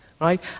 right